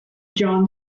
john